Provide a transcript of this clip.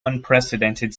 unprecedented